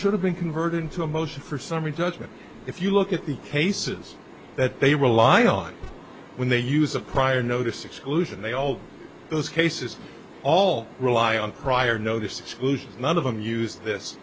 should have been converted into a motion for summary judgment if you look at the cases that they rely on when they use a prior notice exclusion they all those cases all rely on prior notice exclusion none of them used this